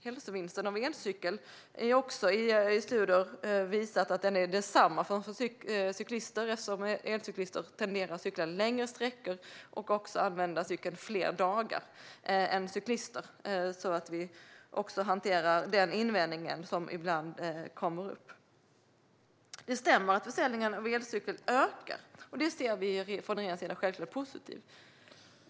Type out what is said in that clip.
Hälsovinsten av elcykel är också enligt studier densamma som för cyklister, eftersom elcyklister tenderar att cykla längre sträckor och också använda cykeln fler dagar. Därmed har vi hanterat den invändningen, som ibland kommer upp. Det stämmer att försäljningen av elcyklar har ökat. Det ser vi från regeringens sida självklart som positivt.